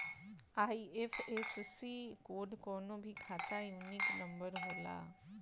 IFSC code कवनो भी खाता यूनिक नंबर होला